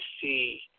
see